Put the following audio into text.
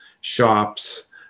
shops